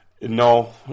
No